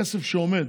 כסף שעומד